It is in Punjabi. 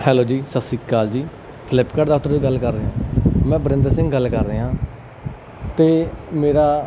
ਹੈਲੋ ਜੀ ਸਤਿ ਸ਼੍ਰੀ ਅਕਾਲ ਜੀ ਫਲਿੱਪਕਰਟ ਦਫਤਰ ਤੋਂ ਗੱਲ ਕਰ ਰਹੇ ਮੈਂ ਬਰਿੰਦਰ ਸਿੰਘ ਗੱਲ ਕਰ ਰਿਹਾ ਅਤੇ ਮੇਰਾ